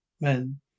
Men